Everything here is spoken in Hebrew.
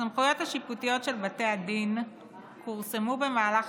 הסמכויות השיפוטיות של בתי הדין כורסמו במהלך